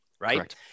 right